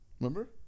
Remember